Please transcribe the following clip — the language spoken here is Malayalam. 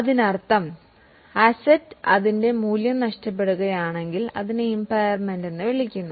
അതിനർത്ഥം അസറ്റിന് അതിന്റെ മൂല്യം നഷ്ടപ്പെടുകയാണെങ്കിൽ അതിനെ ഇമ്പയർമെൻറ് എന്ന് വിളിക്കുന്നു